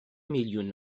میلیون